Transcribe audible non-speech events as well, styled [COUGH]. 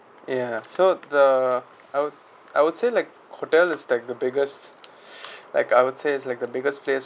ya so the I would I would say like hotel is like the biggest [BREATH] like I would say it's like the biggest place